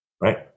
Right